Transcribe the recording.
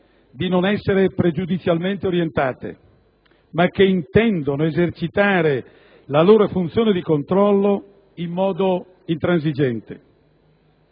di non essere pregiudizialmente orientate, ma che intendono esercitare la loro funzione di controllo in modo intransigente.